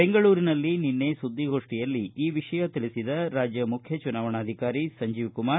ಬೆಂಗಳೂರಿನಲ್ಲಿ ನಿನ್ನೆ ಸುದ್ದಿಗೋಷ್ಠಿಯಲ್ಲಿ ಈ ವಿಷಯ ತಿಳಿಸಿದ ರಾಜ್ಯ ಮುಖ್ಯ ಚುನಾವಣಾಧಿಕಾರಿ ಸಂಜೀವ್ಕುಮಾರ್